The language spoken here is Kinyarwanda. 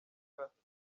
afurika